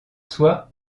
soit